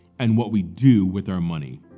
and what we do with our money.